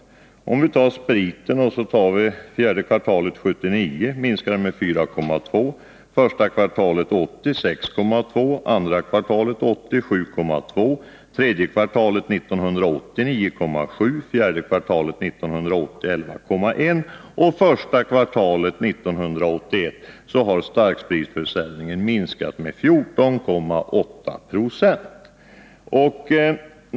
Försäljningen av starksprit minskade fjärde kvartalet 1979 med 4,2 90, första kvartalet 1980 med 6,2 20, andra kvartalet 1980 med 7,2 Ze, tredje kvartalet 1980 med 9,7 26, fjärde kvartalet 1980 med 11,1 96 och första kvartalet 1981 med 14,8 £.